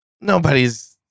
Nobody's